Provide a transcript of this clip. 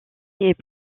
est